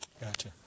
Gotcha